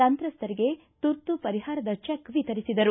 ಸಂತ್ರಸ್ತರಿಗೆ ತುರ್ತು ಪರಿಹಾರದ ಚೆಕ್ ವಿತರಿಸಿದರು